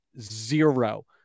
Zero